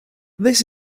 this